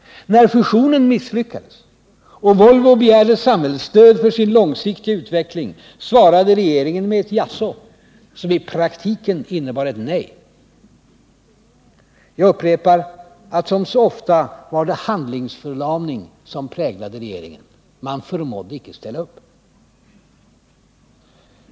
När fusionen misslyckades och Volvo begärde samhällsstöd för sin långsiktiga utveckling, svarade regeringen med ett jaså, som i praktiken innebar ett nej. Jag upprepar att som så ofta var det handlingsförlamning som präglade regeringen. Man förmådde icke ställa upp.